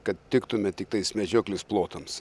kad tiktume tiktais medžioklės plotams